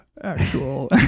actual